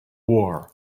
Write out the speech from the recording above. war